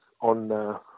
on